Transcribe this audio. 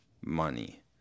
money